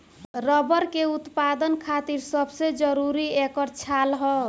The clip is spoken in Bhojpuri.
रबर के उत्पदान खातिर सबसे जरूरी ऐकर गाछ ह